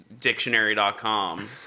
dictionary.com